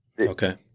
Okay